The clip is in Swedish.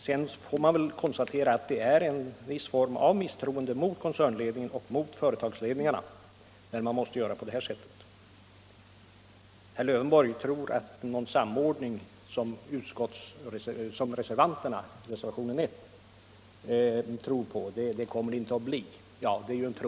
Sedan får man väl ändå konstatera att det är en viss form av misstroende mot koncernledningen och företagsledningarna när man måste göra på det här sättet. Herr Lövenborg tror inte att det kommer till stånd någon sådan samordning som reservanterna i reservationen 1 understryker vikten av. Ja, det är ju en tro.